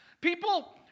People